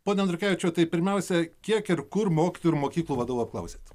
pone norkevičiau tai pirmiausia kiek ir kur mokytojų ir mokyklų vadovų apklausėt